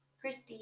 Christy